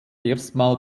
erstmals